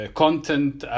content